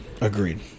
Agreed